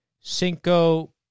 cinco